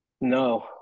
No